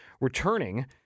returning